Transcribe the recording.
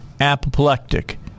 apoplectic